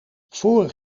vorig